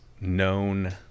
known